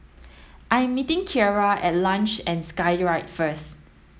I am meeting Kierra at Luge and Skyride first